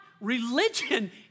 religion